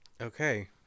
Okay